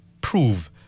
prove